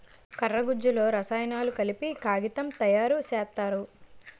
కర్ర గుజ్జులో రసాయనాలు కలిపి కాగితం తయారు సేత్తారు